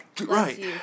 Right